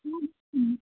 হুম হুম